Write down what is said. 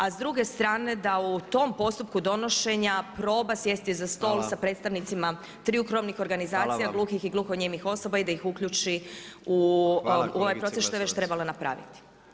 A s druge strane da u tom postupku donošenja proba sjesti za stol sa predstavnicima triju krovnih organizacija [[Upadica predsjednik: Hvala vam.]] gluhih i gluhonijemih osoba i da ih uključi u proces što je već trebalo napraviti.